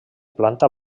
planta